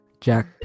Jack